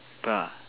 bra